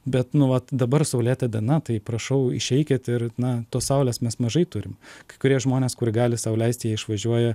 bet nu vat dabar saulėta diena tai prašau išeikit ir na tos saulės mes mažai turim kai kurie žmonės kur gali sau leisti jie išvažiuoja